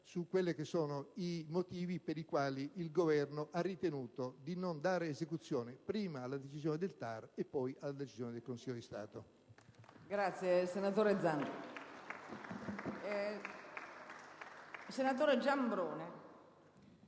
su quelli che sono i motivi per i quali il Governo ha ritenuto di non dare esecuzione, prima alla decisione del TAR e poi alla decisione del Consiglio di Stato.